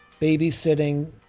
babysitting